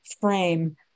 frame